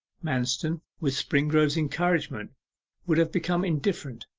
manston with springrove's encouragement would have become indifferent.